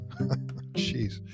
Jeez